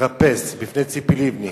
מתרפס בפני ציפי לבני,